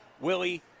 Willie